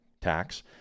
tax